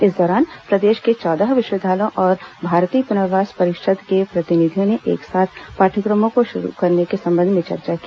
इस दौरान प्रदेश के चौदह विश्वविद्यालयों और भारतीय प्नर्वास परिषद के प्रतिनिधियों ने एक साथ पाठ्यक्रमों को शुरू करने के संबंध में चर्चा की